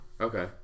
okay